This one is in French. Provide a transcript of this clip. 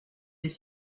des